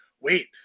wait